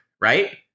right